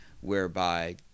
whereby